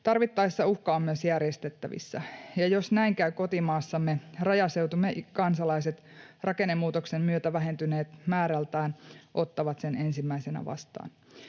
Tarvittaessa uhka on myös järjestettävissä, ja jos näin käy kotimaassamme, rajaseutumme kansalaiset, rakennemuutoksen myötä vähentyneet määrältään, ottavat sen ensimmäisenä vastaan.